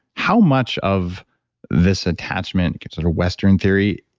how much of this attachment, sort of a western theory,